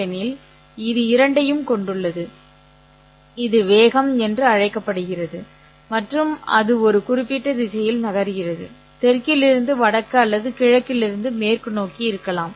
ஏனெனில் இது இரண்டையும் கொண்டுள்ளது இது வேகம் என்று அழைக்கப்படுகிறது மற்றும் அது ஒரு குறிப்பிட்ட திசையில் நகர்கிறது தெற்கிலிருந்து வடக்கு அல்லது கிழக்கிலிருந்து மேற்கு நோக்கி இருக்கலாம்